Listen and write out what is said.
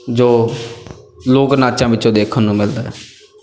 ਜੋ ਲੋਕ ਨਾਚਾਂ ਵਿੱਚੋਂ ਦੇਖਣ ਨੂੰ ਮਿਲਦਾ